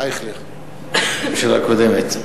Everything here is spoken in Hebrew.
הממשלה הקודמת.